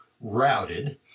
routed